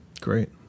Great